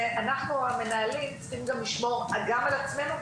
ואנחנו המנהלים צריכים לשמור גם על עצמנו,